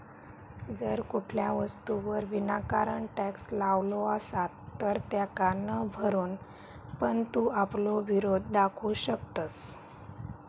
जर कुठल्या वस्तूवर विनाकारण टॅक्स लावलो असात तर तेका न भरून पण तू आपलो विरोध दाखवू शकतंस